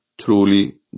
Truly